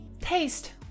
Taste